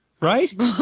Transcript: Right